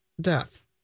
death